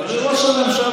הרי ראש הממשלה,